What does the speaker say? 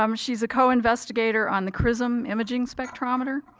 um she's a co-investigator on the crism imaging spectrometer